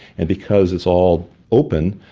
and because it's all open,